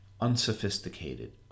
Unsophisticated